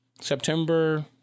September